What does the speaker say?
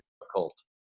difficult